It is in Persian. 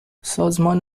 سازمان